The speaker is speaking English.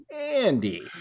Andy